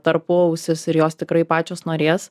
tarpuausis ir jos tikrai pačios norės